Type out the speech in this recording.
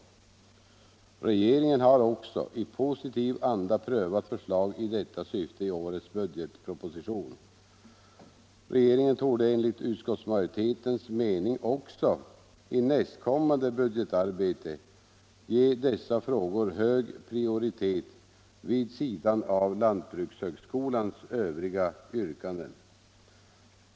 Regeringen har också i positiv anda prövat förslag i detta syfte i årets budgetproposition. Regeringen torde enligt utskottsmajoritetens mening också i nästkommande budgetarbete ge dessa frågor hög prioritet vid sidan av lantbrukshögskolans övriga yrkanden.